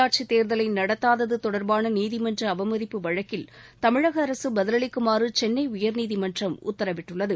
உள்ளாட்சித் தேர்தலை நடத்தாதது தொடர்பான நீதிமன்ற அவமதிப்பு வழக்கில் தமிழக அரசு பதிலளிக்குமாறு சென்னை உயர்நீதிமன்றம் உத்தரவிட்டுள்ளது